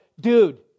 dude